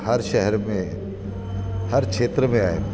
हर शहर में हर खेत्र में आहिनि